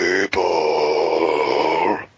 People